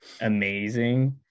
amazing